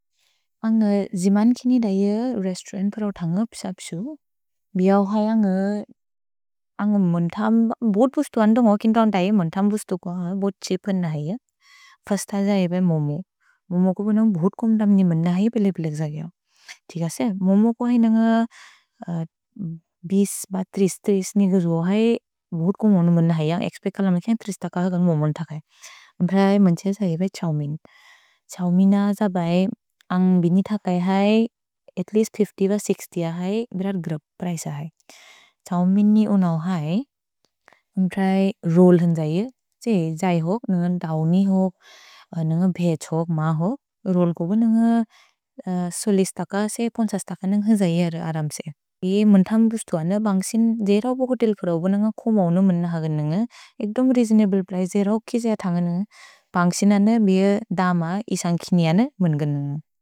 अन्ग् जिमन्किनि दैअ रेस्तौरन्त् प्रौ थन्ग पिशप्सु, बिऔ है अन्ग् मोन्तम्, बोत् बुस्तु अन्दो न्गो किन्तन्गु दैअ, मोन्तम् बुस्तु को अन्ग् बोत् छेपन् न है। फिर्स्त जहे बए मोमो, मोमो को बोनो बोत् को मोन्तम् नि मोन्त है पेलेपेलेक् जहे। तिग से, मोमो को है नन्ग बिस् ब त्रिस्, त्रिस् निग जो है बोत् को मोन्त है। तिग से, मोमो को है नन्ग बिस् ब त्रिस्, त्रिस् निग जो है बोत् को मोन्त है। म्ब्रै मन्छे जहे बए छोव्मिन्। छ्होव्मिन जहे बए अन्ग् बिनि थक है, अत् लेअस्त् फिफ्त्य् ब सिक्स्त्य है, बेरत् ग्रुब् प्रैस है। छ्होव्मिनि ओनओ है, म्ब्रै रोल् हन् जहे। त्से जहि होक्, न्गन् दव्नि होक्, न्गन् भेछ् होक्, म होक्। रोल् को बोन् न्गन् सोलिस् थक, से पोन्छस् थक न्गन् हन् जहे अर अरम्से। इए मोन्तम् बुस्तुअने बन्सिन् जेह्रौ बोगुतिल् कुरौबोन न्ग को मौनो मोन्त हगिन्ने। एक्दोमि रेज्निबिल् प्लै जेह्रौ किजिअ थन्गने, बन्सिनने बिए दम इसन्ग् किनेअने मोन्त्गने।